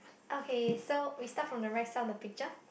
okay so we start from the right side of the picture